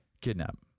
Kidnap